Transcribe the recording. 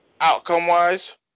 outcome-wise